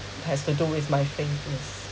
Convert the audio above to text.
has to do with my thing yes